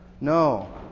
No